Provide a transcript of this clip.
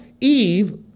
Eve